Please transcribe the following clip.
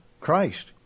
Christ